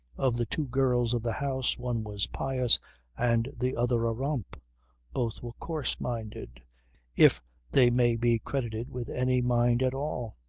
of the two girls of the house one was pious and the other a romp both were coarse-minded if they may be credited with any mind at all.